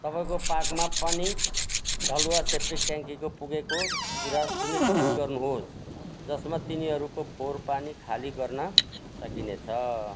तपाईँँको पार्कमा पनि ढल वा सेफ्टीट्याङ्की पुगेको कुरा सुनिश्चित गर्नुहोस् जसमा तिनीहरूको फोहोर पानी खाली गर्न सकिनेछ